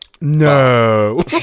No